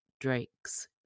drakes